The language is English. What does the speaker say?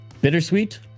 bittersweet